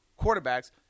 quarterbacks